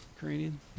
Ukrainian